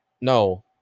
No